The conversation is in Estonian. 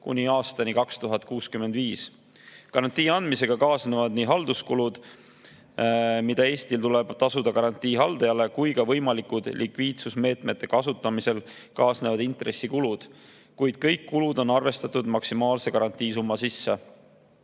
kuni aastani 2065. Garantii andmisega kaasnevad nii halduskulud, mida Eestil tuleb tasuda garantii haldajale, kui ka võimalikud likviidsusmeetmete kasutamisega kaasnevad intressikulud. Kuid kõik kulud on arvestatud maksimaalse garantiisumma sisse.